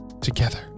together